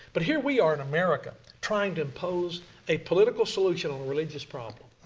but here we are in america trying to impose a political solution on a religious problem.